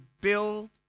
build